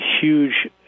huge